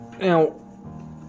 Now